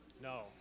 no